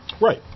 right